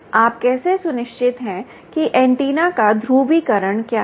आप कैसे सुनिश्चित हैं कि एंटीना का ध्रुवीकरण क्या है